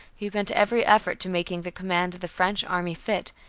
he bent every effort to making the command of the french army fit,